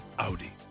Audi